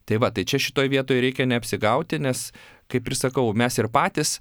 tai va tai čia šitoj vietoj reikia neapsigauti nes kaip ir sakau mes ir patys